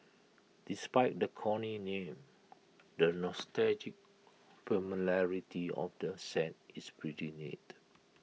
despite the corny name the nostalgic familiarity of the set is pretty neat